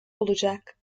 olacak